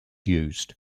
used